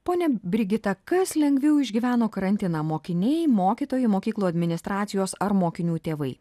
ponia brigita kas lengviau išgyveno karantiną mokiniai mokytojai mokyklų administracijos ar mokinių tėvai